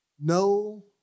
No